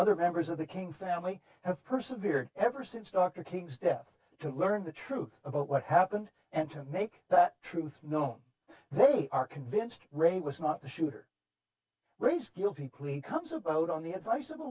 other members of the king family have persevered ever since dr king's death to learn the truth about what happened and to make that truth known they are convinced ray was not the shooter raised guilty plea comes about on the advice of a